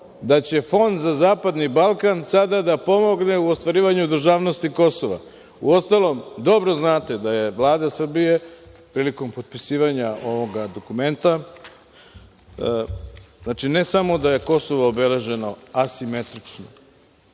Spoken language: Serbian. da će Fond za zapadni Balkan sada da pomogne u ostvarivanju državnosti Kosova. Uostalom, dobro znate da je Vlada Srbije prilikom potpisivanja ovog dokumenta, znači, ne samo da je Kosovo obeleženo asimetrično,